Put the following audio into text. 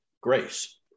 grace